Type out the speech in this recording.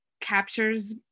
captures